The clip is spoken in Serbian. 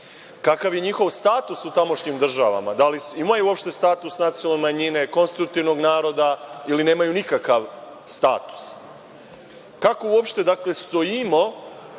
Kakav je njihov status u tamošnjim državama? Da i imaju uopšte status nacionalne manjine, konstitutivnog naroda ili nemaju nikakav status? Kako uopšte stojimo